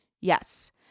yes